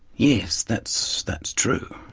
yes, that's that's true.